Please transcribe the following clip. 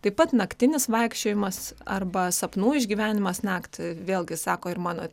taip pat naktinis vaikščiojimas arba sapnų išgyvenimas naktį vėlgi sako ir mano